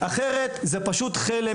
אחרת זה פשוט חלם,